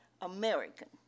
American